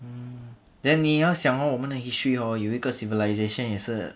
mm then 你要想 hor 我们的 history hor 有一个 civilisation 也是